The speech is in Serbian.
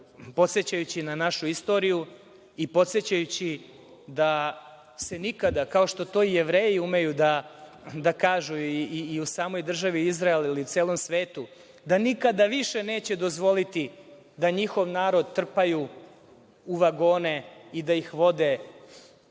podsećajući na našu istoriju i podsećajući da se nikada kao što to i Jevreji umeju da kažu i u samoj državi Izrael ili celom svetu da nikada više neće dozvoliti da njihov narod trpaju u vagone i da ga vode na